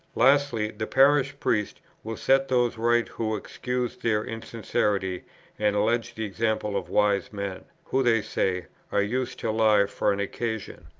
lastly, the parish priest will set those right who excuse their insincerity and allege the example of wise men, who, they say, are used to lie for an occasion.